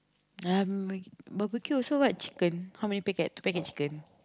ah barbecue also what chicken how many packet packet chicken